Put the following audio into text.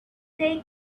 take